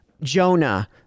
Jonah